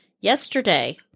yesterday